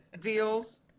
deals